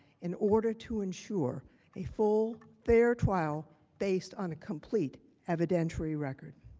in order to ensure a full, fair trial based on a complete evidence record.